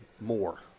more